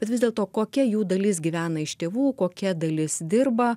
bet vis dėlto kokia jų dalis gyvena iš tėvų kokia dalis dirba